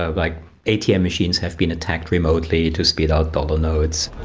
ah like atm machines have been attacked remotely to spit out dollar notes.